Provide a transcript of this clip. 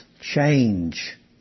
change